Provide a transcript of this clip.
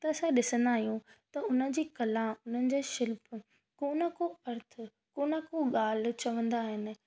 त असां ॾिसंदा आहियूं त उन जी कला उन्हनि जी शिल्प कोन को अर्थ कोन को ॻाल्हि चवंदा आहिनि